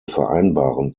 vereinbaren